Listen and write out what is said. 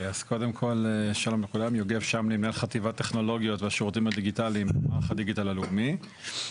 אני מנהל חטיבת טכנולוגיות והשירותים הדיגיטליים במערך הדיגיטל הלאומי.